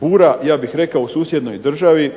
bura ja bih rekao u susjednoj državi,